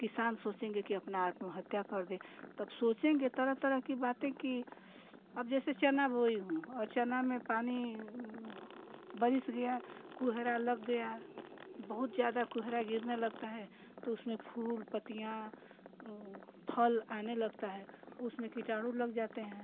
किसान सोचेंगे कि अपना आत्महत्या कर दे तब सोचेंगे तरह तरह की बातें कि अब जैसे चना बोई हूँ और चना में पानी बारिश हो गया कोहरा लग गया बहुत ज़्यादा कोहरा गिरने लगता है तो उसमें फूल पत्तियाँ फल आने लगता है उसमें कीटाणु लग जाते हैं